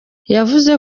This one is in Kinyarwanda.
yavuze